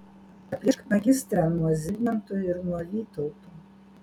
atplėšk magistrą nuo zigmanto ir nuo vytauto